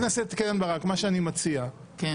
אני יכולה להתנצל שזה --- חברת הכנסת קרן ברק,